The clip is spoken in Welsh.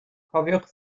cofiwch